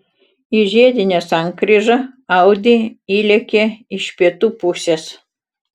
į žiedinę sankryžą audi įlėkė iš pietų pusės